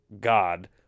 God